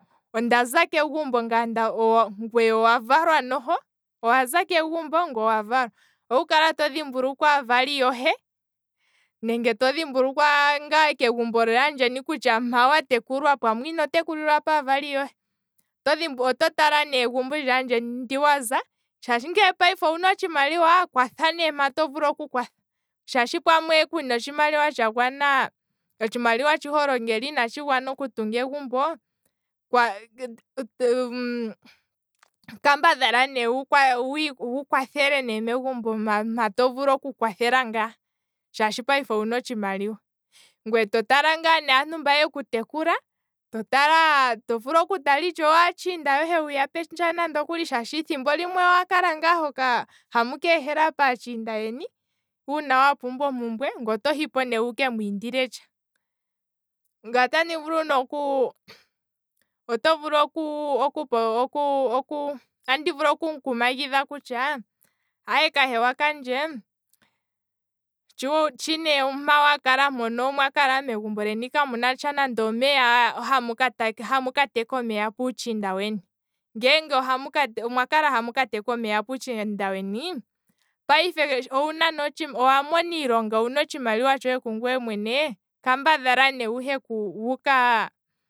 Ondaza kegumbo onda valwa noho, owaza kegumbo ngwee owa valwa, owu kala todhi mbulukwa aavali yohe, nenge todhi mbulukwa ngaa kegumbo hoka wa tekulwa, pamwe ino tekulwa kaavali yohe, oto tala ne egumbo lyaandjeni mpa waza, shaashi payife owuna otshimaliwa oto vulu oku kwatha mpa tovulu oku kwatha, shaashi payife owuna otshimaliwa, pamwe otshimaliwa sho wuna itatshi vulu okutunga egumbo kambadhala ne wu- wu kwathele ne megumbo mpa to vulu oku kwathela ngaa shaashi payife owuna otshimaliwa, ngweye to tala naantu mba yeku tekula, to tala ngaa naatshinda yeni, shaashi ethimbo limwe omwali ngaa hamu keehela nande opaatshinda yeni uuna wapumbwa ompumbwe ngweye oto hipo ne wuke mwiindile tsha, ngweye oto vulu ne oku- oku- oku- oku- oku mukumagidha aye kahewa kandje, shi nee mpano megumbo lyeni kamuna omeya, hamu kateka omeya puutshinda weni, ngele omwa kalahamu ka teka omeya puutshinda weni, payife owa mona iilonga, owuna otshimaliwa tshohe ku ngwee mwene, kambadhala ne wuhe ku wu kaaa